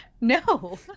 no